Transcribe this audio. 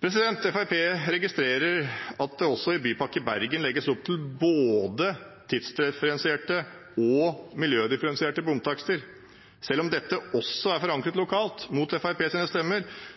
Fremskrittspartiet registrerer at det også i Bypakke Bergen legges opp til både tidsdifferensierte og miljødifferensierte bomtakster. Selv om dette også er forankret